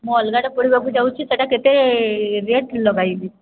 ମୁଁ ଅଲଗାଟେ ପଢ଼ିବାକୁ ଯାଉଛି ସେଇଟା କେତେ ରେଟ୍ ଲଗାଇବି